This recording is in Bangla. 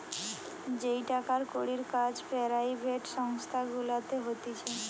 যেই টাকার কড়ির কাজ পেরাইভেট সংস্থা গুলাতে হতিছে